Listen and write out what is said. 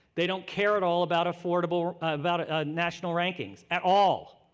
they don't care at all about affordable about ah national rankings, at all.